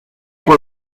por